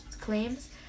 claims